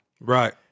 Right